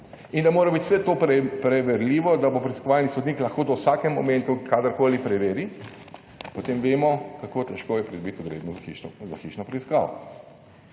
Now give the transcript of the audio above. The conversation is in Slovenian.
in da mora biti vse to preverljivo, da bo preiskovalni sodnik lahko to v vsakem momentu kadarkoli preveri, potem vemo kako težko je pridobiti odredbo za hišo preiskavo.